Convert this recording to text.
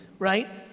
right?